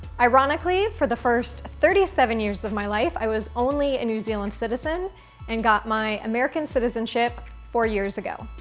ironically for the first thirty seven years of my life, i was only a new zealand citizen and got my american citizenship four years ago.